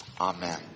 Amen